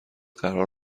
قرار